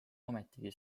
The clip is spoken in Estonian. ometigi